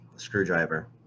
screwdriver